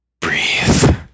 breathe